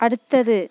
அடுத்தது